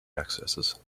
accesses